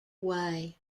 way